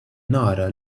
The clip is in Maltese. nara